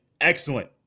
excellent